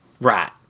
Right